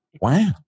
wow